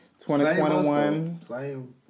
2021